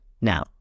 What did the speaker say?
Now